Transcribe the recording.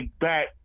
back